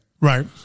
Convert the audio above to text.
Right